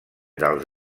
dels